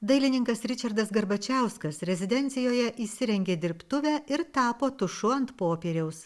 dailininkas ričardas garbačiauskas rezidencijoje įsirengė dirbtuvę ir tapo tušu ant popieriaus